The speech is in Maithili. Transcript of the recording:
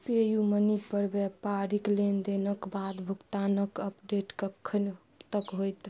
पे यू मनी पर व्यापारीक लेनदेनक बाद भुगतानक अपडेट कखन तक होयत